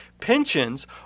Pensions